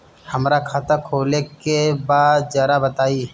हमरा खाता खोले के बा जरा बताई